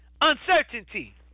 uncertainty